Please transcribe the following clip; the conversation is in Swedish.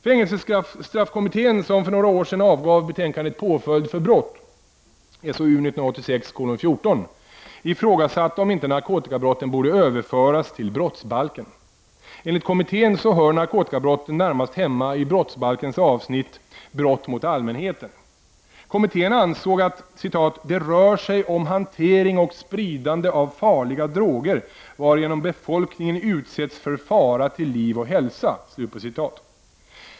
Fängelsestraffkommittén, som för några år sedan avgav betänkandet Påföljd för brott , ifrågasatte om inte narkotikabrotten borde överföras till brottsbalken. Enligt kommittén hör narkotikabrotten närmast hemma i brottsbalkens avsnitt Brott mot allmänheten. Kommittén ansåg att ”det rör sig om hantering och spridande av farliga droger, varigenom befolkningen utsätts för fara till liv och hälsa”.